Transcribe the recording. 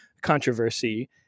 controversy